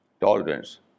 tolerance